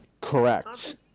Correct